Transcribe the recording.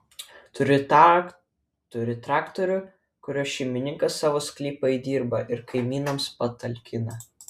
turi traktorių kuriuo šeimininkas savo sklypą įdirba ir kaimynams patalkina